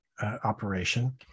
operation